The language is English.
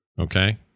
Okay